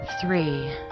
Three